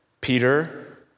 Peter